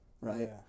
Right